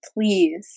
Please